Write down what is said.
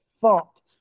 thought